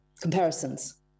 comparisons